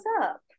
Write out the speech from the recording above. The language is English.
up